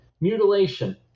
mutilation